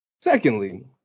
secondly